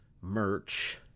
Merch